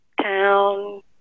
town